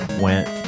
went